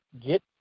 get